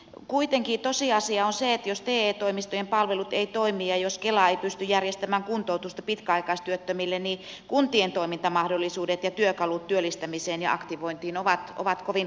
kuitenkin tosiasia on se että jos te toimistojen palvelut eivät toimi ja jos kela ei pysty järjestämään kuntoutusta pitkäaikaistyöttömille niin kuntien toimintamahdollisuudet ja työkalut työllistämiseen ja aktivointiin ovat kovin rajalliset